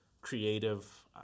creative